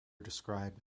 described